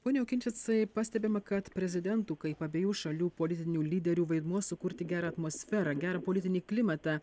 pone okinčicai pastebima kad prezidentų kaip abiejų šalių politinių lyderių vaidmuo sukurti gerą atmosferą gerą politinį klimatą